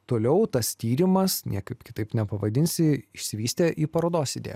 toliau tas tyrimas niekaip kitaip nepavadinsi išsivystė į parodos idėją